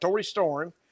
Storm